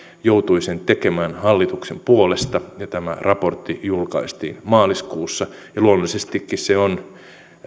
joutui sen tekemään hallituksen puolesta tämä raportti julkaistiin maaliskuussa ja luonnollisestikin se on